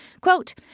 Quote